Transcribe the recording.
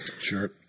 sure